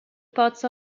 part